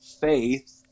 faith